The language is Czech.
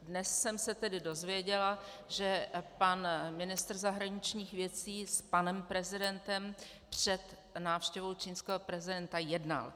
Dnes jsem se tedy dozvěděla, že pan ministr zahraničních věcí s panem prezidentem před návštěvou čínského prezidenta jednal.